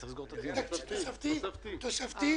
סכום תוספתי,